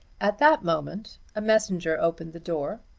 at that moment a messenger opened the door,